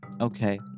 okay